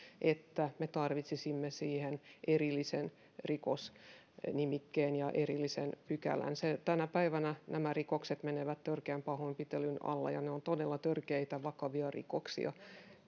että me tarvitsisimme erillisen rikosnimikkeen ja erillisen pykälän tänä päivänä nämä rikokset menevät törkeän pahoinpitelyn alle ja ne ovat todella törkeitä vakavia rikoksia